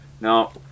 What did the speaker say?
Now